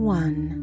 one